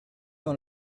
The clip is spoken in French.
dans